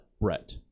Brett